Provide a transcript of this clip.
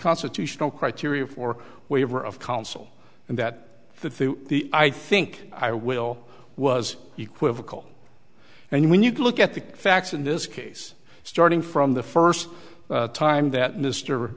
constitutional criteria for waiver of counsel and that the through the i think i will was equivocal and when you look at the facts in this case starting from the first time that mr